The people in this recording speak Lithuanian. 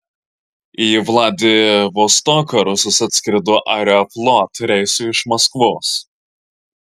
į vladivostoką rusas atskrido aeroflot reisu iš maskvos